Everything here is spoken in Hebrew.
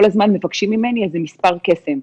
כל הזמן מבקשים ממני איזה מספר קסם.